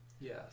yes